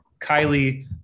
Kylie